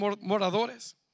moradores